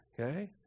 okay